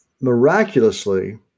Miraculously